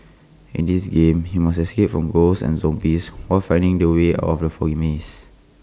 in this game you must escape from ghosts and zombies while finding the way out of the foggy maze